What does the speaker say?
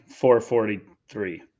443